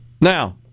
now